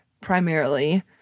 primarily